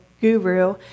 guru